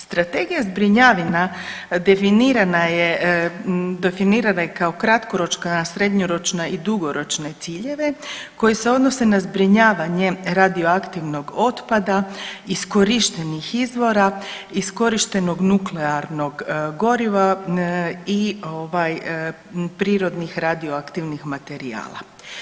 Strategija zbrinjavanja definirana je, definirana je kao kratkoročna, srednjoročna i dugoročne ciljeve koji se odnose na zbrinjavanje radioaktivnog otpada, iskorištenih izvora iskorištenog nuklearnog goriva i ovaj prirodnih radioaktivnih materijala.